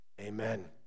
amen